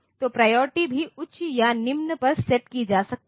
तो प्रायोरिटी भी उच्च या निम्न पर सेट की जा सकती है